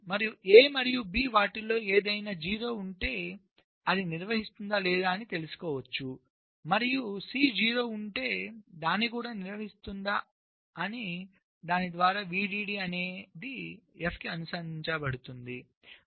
మీరు a మరియు b వాటిల్లో ఏదైనా 0 ఉంటే అంటే ఇది నిర్వహిస్తోంది లేదా అని తెలుసుకోవచ్చు మరియు c 0 ఉంటే ఇది కూడా నిర్వహిస్తోంది అని దానిద్వారా VDD అనేది f కి అనుసంధానించబడుతుంది